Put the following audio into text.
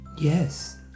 Yes